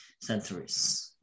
centuries